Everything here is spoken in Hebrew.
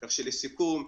לסיכום,